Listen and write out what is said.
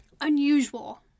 unusual